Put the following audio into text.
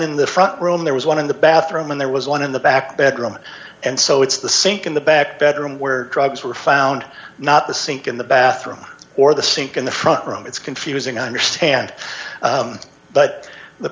in the front room there was one in the bathroom and there was one in the back bedroom and so it's the sink in the back bedroom where drugs were found not the sink in the bathroom or the sink in the front room it's confusing i understand but the